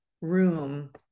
room